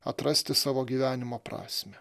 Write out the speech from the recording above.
atrasti savo gyvenimo prasmę